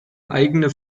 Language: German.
eigene